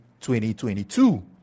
2022